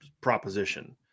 proposition